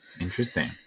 interesting